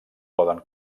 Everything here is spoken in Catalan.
poden